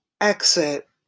exit